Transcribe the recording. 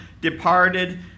departed